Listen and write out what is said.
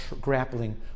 grappling